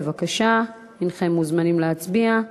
בבקשה, הנכם מוזמנים להצביע.